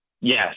yes